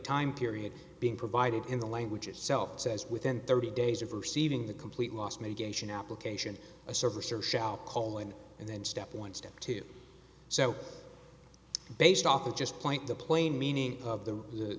time period being provided in the language itself says within thirty days of receiving the complete loss mitigation application a service or shall colon and then step one step two so based off of just point the plain meaning of the